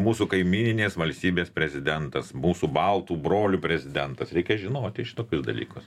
mūsų kaimyninės valstybės prezidentas mūsų baltų brolių prezidentas reikia žinoti šitokius dalykus